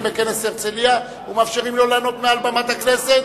בכנס הרצלייה ומאפשרים לו לענות מעל במת הכנסת,